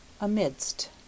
amidst